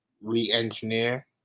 re-engineer